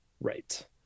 Right